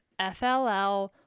FLL